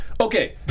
Okay